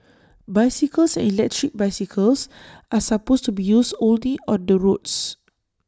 bicycles and electric bicycles are supposed to be used only on the roads